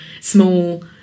small